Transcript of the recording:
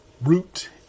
Root